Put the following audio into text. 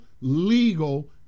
legal